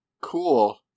Cool